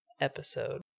episode